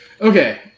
Okay